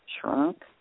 shrunk